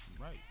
Right